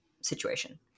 situation